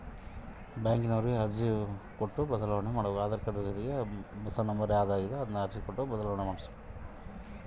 ನನ್ನ ಉಳಿತಾಯ ಖಾತೆ ಮೊಬೈಲ್ ನಂಬರನ್ನು ಹೆಂಗ ಬದಲಿ ಮಾಡಬೇಕು?